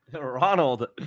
Ronald